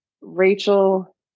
Rachel